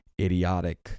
idiotic